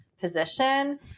position